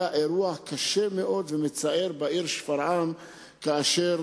היה אירוע קשה מאוד ומצער בעיר שפרעם כאשר